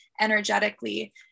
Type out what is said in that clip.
energetically